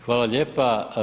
Hvala lijepa.